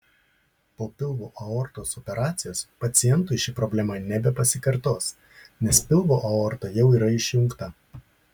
po pilvo aortos operacijos pacientui ši problema nebepasikartos nes pilvo aorta jau yra išjungta